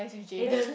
Aden